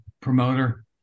promoter